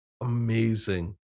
Amazing